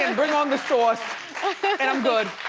and bring on the sauce and i'm good.